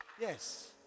Yes